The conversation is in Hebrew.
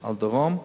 על הדרום.